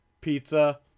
Pizza